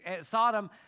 Sodom